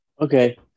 Okay